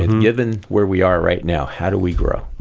and given where we are right now, how do we grow?